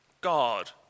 God